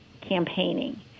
campaigning